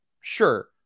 sure